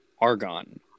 Argon